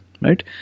Right